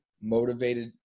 motivated